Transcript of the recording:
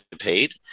paid